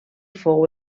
fou